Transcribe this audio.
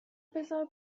بزار